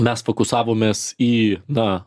mes fokusavomės į tą